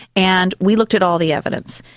and we looked at all the evidence.